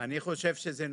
אני חושב שזה נכון.